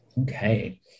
Okay